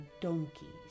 donkeys